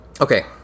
Okay